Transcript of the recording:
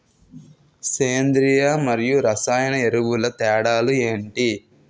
సేంద్రీయ మరియు రసాయన ఎరువుల తేడా లు ఏంటి?